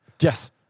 Yes